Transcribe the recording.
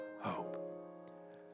hope